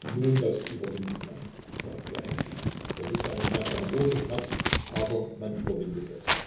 nun das überwindet man sagte er endlich das ist ein schmerz ein großer schmerz aber man überwindet es